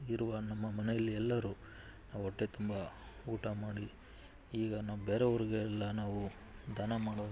ಇರುವ ನಮ್ಮ ಮನೆಯಲ್ಲಿ ಎಲ್ಲರೂ ನಾವು ಹೊಟ್ಟೆ ತುಂಬ ಊಟ ಮಾಡಿ ಈಗ ನಾವು ಬೇರೆಯವರಿಗೆಲ್ಲ ನಾವು ದಾನ ಮಾಡೋದು